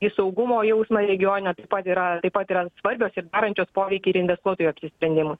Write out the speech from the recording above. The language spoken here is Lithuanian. į saugumo jausmą regione taip pat yra taip pat yra svarbios ir darančios poveikį ir investuotojų apsisprendimui